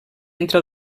entre